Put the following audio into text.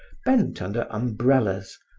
bent under umbrellas,